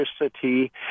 electricity